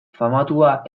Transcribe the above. famatua